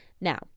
Now